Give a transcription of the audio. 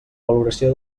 valoració